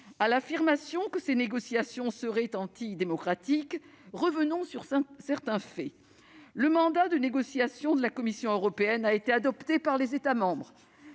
à l'affirmation que ces négociations seraient antidémocratiques, revenons sur certains faits. Le mandat de négociation de la Commission européenne a été adopté par les États membres